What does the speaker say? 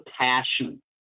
passion